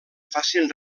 facin